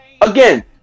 Again